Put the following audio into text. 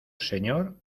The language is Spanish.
señor